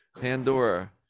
Pandora